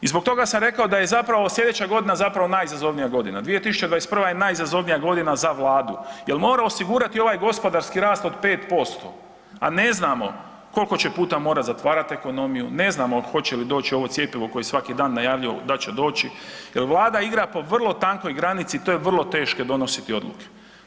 I zbog toga sam rekao da je zapravo sljedeća godina najizazovnija godina, 2021. je najizazovnija godina za Vladu jel mora osigurati ovaj gospodarski rast od 5%, a ne znamo koliko će puta morati zatvarati ekonomiju, ne znamo hoće li doći ovo cjepivo koje svaki dan najavljuju da će doći jel Vlada igra po vrlo tankoj granici i vrlo je teško donositi odluke.